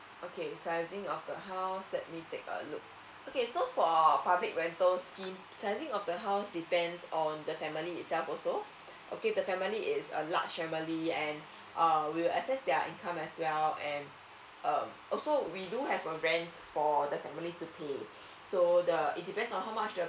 okay so uh sizing of the house let me take a look okay so for our public rental scheme sizing of the house depends on the family itself also okay if the family is a large family and uh we'll access their income as well and uh also we do have a rent for the families to pay so the it depends on how much the